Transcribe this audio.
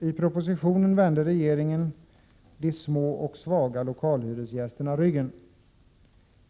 I propositionen vände regeringen de små och svaga lokalhyresgästerna ryggen.